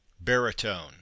Baritone